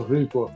Rico